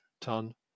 ton